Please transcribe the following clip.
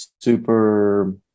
super